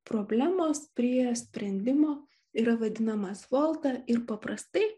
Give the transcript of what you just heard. problemos prie sprendimo yra vadinamas volta ir paprastai